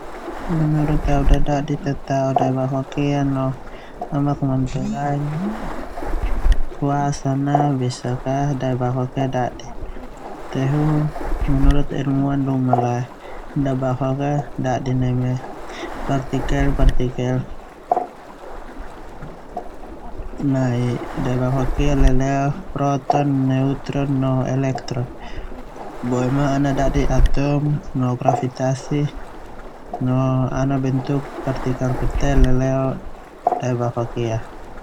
Menurut au dadadi tataon daebafok ia no amak mantualain kuasa na besak a daebafok ia dadi tehu menururh ilmuan luma lae daebafok ia dadi neme partikel-parrikel dasar leleo proton, neutron no elektron boema ana dadi atom no grafitasi ana bentuk partikel-partikel leleo daebafok ia.